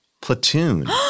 Platoon